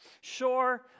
sure